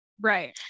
right